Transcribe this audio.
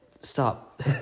Stop